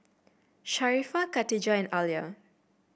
Sharifah Khatijah and Alya